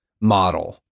model